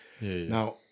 Now